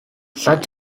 such